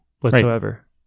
whatsoever